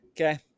Okay